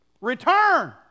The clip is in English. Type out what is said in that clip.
Return